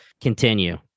continue